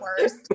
worst